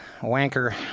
wanker